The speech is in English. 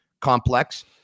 Complex